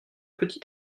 petit